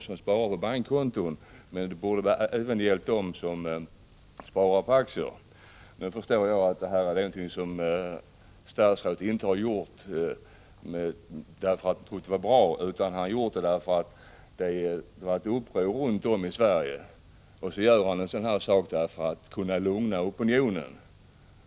Men förhållandet borde vara detsamma för dem som sparar i aktier. Jag förstår att statsrådet inte föreslagit detta därför att han trott att det var bra, utan han har gjort det på grund av att det i detta sammanhang varit uppror runt om i Sverige. Så gör statsrådet på det här sättet för att kunna lugna opinionen.